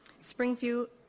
Springfield